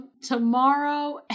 tomorrow